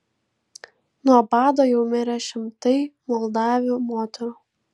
nuo bado jau mirė šimtai moldavių moterų